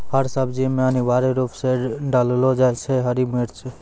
हर सब्जी मॅ अनिवार्य रूप सॅ डाललो जाय छै हरी मिर्च